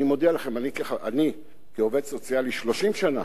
אני מודיע לכם, אני כעובד סוציאלי 30 שנה